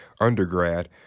undergrad